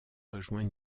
rejoint